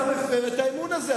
אתה מפר את האמון הזה.